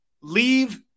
leave